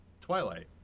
Twilight